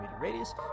radius